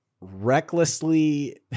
recklessly